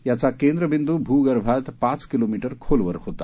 याचा केंद्रबिंदू भूगर्मात पाच किलोमीटर खोलवर होता